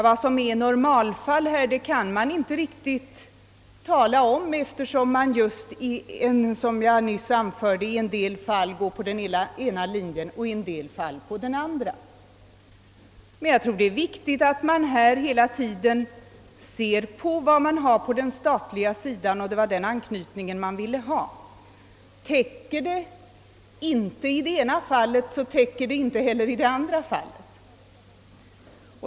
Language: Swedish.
Vad som här är normalfall kan man inte riktigt säga eftersom man, som jag nyss nämnde, ibland går på den ena linjen och ibland på den andra. Jag tror emellertid att det är viktigt att hela tiden se på vad som finns på den statliga sidan, och det var ju den anknytningen som önskades. Täcker det inte i ena fallet gör det det inte heller i det andra.